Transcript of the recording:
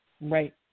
right